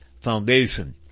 Foundation